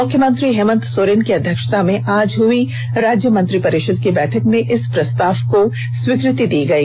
मुख्यमंत्री हेमंत सोरेन की अध्यक्षता में आज हुई राज्य मंत्रिपरिषद की बैठक में इस प्रस्ताव को स्वीकृति दी गई